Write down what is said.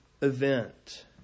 event